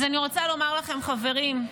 אז אני רוצה לומר לכם, חברים,